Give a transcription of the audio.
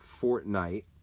Fortnite